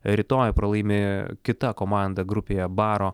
rytoj pralaimi kita komanda grupėje baro